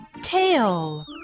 Tail